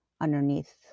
underneath